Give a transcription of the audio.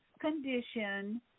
condition